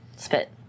Spit